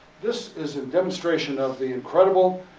this is a demonstration of the incredible,